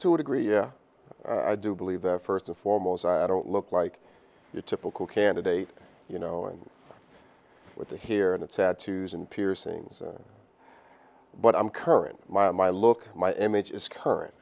to a degree yeah i do believe that first and foremost i don't look like your typical candidate you know and with the here and it's had to use and piercings but i'm currently my look my image is current